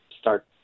start